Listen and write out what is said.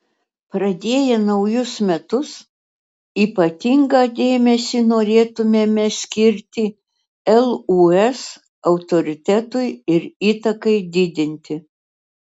pradėję naujus metus ypatingą dėmesį norėtumėme skirti lūs autoritetui ir įtakai didinti